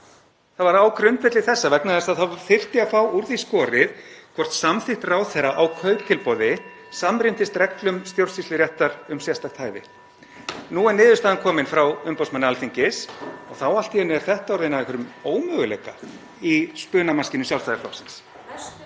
Það var á grundvelli þessa, vegna þess að það þyrfti að fá úr því skorið hvort samþykkt ráðherra á kauptilboði samrýmdist (Forseti hringir.) reglum stjórnsýsluréttar um sérstakt hæfi. Nú er niðurstaðan komin frá umboðsmanni Alþingis og þá allt í einu er þetta orðið að einhverjum ómöguleika í spunamaskínu Sjálfstæðisflokksins.